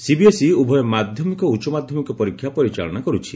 CBSE ଉଭୟ ମାଧ୍ୟମିକ ଓ ଉଚ୍ଚମାଧ୍ୟମିକ ପରୀକ୍ଷା ପରିଚାଳନା କରୁଛି